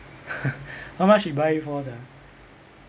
how much he buy it for sia